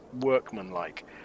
workmanlike